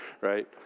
right